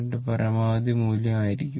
637 പരമാവധി മൂല്യവും ആയിരിക്കും